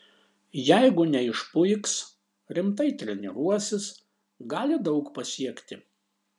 jeigu neišpuiks rimtai treniruosis gali daug pasiekti